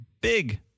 big